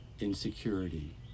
insecurity